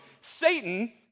Satan